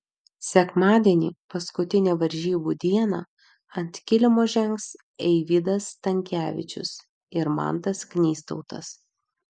sekmadienį paskutinę varžybų dieną ant kilimo žengs eivydas stankevičius ir mantas knystautas